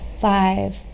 Five